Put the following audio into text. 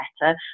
better